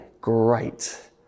great